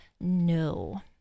No